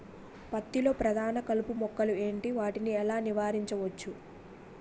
పత్తి లో ప్రధాన కలుపు మొక్కలు ఎంటి? వాటిని ఎలా నీవారించచ్చు?